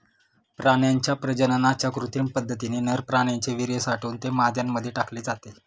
प्राण्यांच्या प्रजननाच्या कृत्रिम पद्धतीने नर प्राण्याचे वीर्य साठवून ते माद्यांमध्ये टाकले जाते